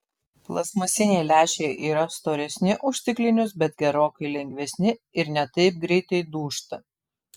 plastmasiniai lęšiai yra storesni už stiklinius bet gerokai lengvesni ir ne taip greitai dūžta